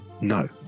No